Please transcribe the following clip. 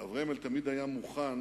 ואבריימל תמיד היה מוכן